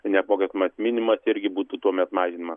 neapmokestinamas minimumas irgi būtų tuomet mažinama